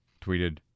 tweeted